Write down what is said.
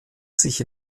sich